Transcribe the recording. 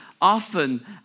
often